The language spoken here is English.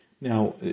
Now